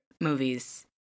movies